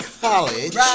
College